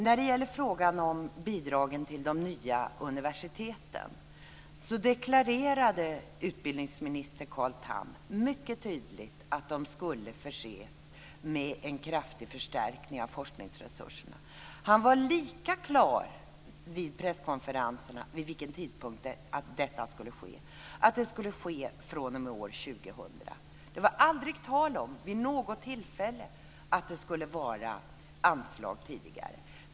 När det gäller frågan om bidragen till de nya universiteten deklarerade utbildningsminister Carl Tham mycket tydligt att de skulle förses med en kraftig förstärkning av forskningsresurserna. Han var lika klar vid presskonferenserna om vid vilken tidpunkt detta skulle ske, att det skulle ske från år 2000. Det var aldrig tal om, vid något tillfälle, att det skulle vara anslag tidigare.